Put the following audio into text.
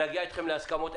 נגיע אתכם להסכמות.